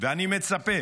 ואני מצפה